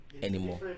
anymore